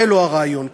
זה לא הרעיון כאן.